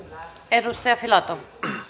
edustaja